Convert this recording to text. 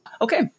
Okay